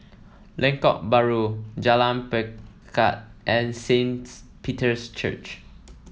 Lengkok Bahru Jalan Pelikat and Saint Peter's Church